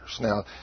Now